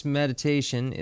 meditation